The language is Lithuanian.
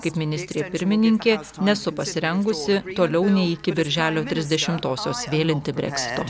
kaip ministrė pirmininkė nesu pasirengusi toliau nei iki birželio trisdešimtosios vėlinti breksito